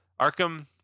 Arkham